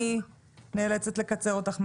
אני נאלצת לבקש ממך לקצר.